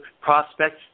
prospects